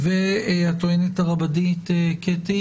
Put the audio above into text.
הטוענת הרבנית קטי